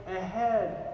ahead